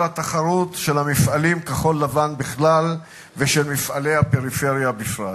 התחרות של המפעלים כחול-לבן בכלל ושל מפעלי הפריפריה בפרט.